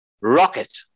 rocket